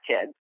kids